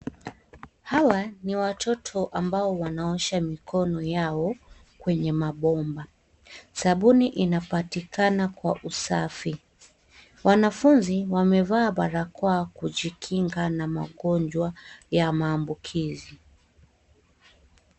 Hawa ni watoto ambao wanaosha mikono yao kwenye mabomba. Sabuni inapatikana kwa usafi. Wanafunzi wamevaa barakoa kujikinga na magonjwa ya maambukizi.